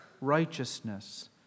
righteousness